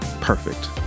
perfect